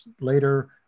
later